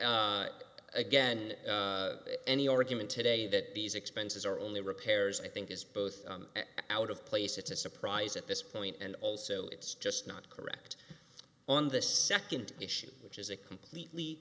so again any argument today that these expenses are only repairs i think is both out of place it's a surprise at this point and also it's just not correct on the second issue which is a completely